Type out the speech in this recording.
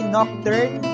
Nocturne